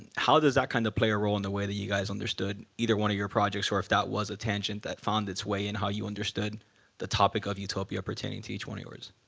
how does that kind of play a role in the way that you guys understood either one of your projects, or if that was a tension that found its way in how you understood the topic of utopia pertaining to each one of yours?